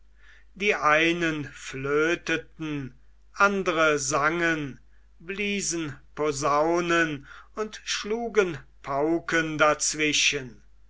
die einen flöteten andre sangen bliesen posaunen und schlugen pauken dazwischen